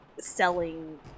selling